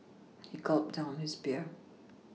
he gulped down his beer